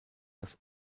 das